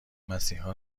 مسیحا